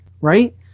right